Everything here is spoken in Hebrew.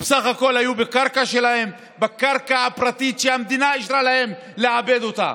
שהיו בסך הכול בקרקע הפרטית שלהם שהמדינה אישרה להם לעבד אותה.